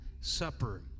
Supper